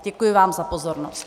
Děkuji vám za pozornost.